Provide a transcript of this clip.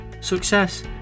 success